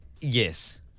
Yes